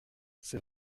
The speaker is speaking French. c’est